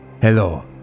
Hello